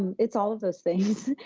and it's all those things.